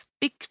big